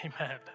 amen